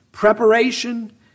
Preparation